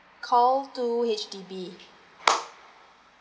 call two H_D_B